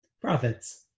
Profits